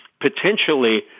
potentially